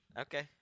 Okay